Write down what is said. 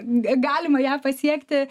galima ją pasiekti